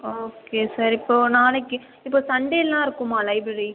okay சரி இப்போது நாளைக்கு இப்போ சண்டேலெலாம் இருக்குமா லைப்ரரி